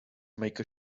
make